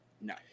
no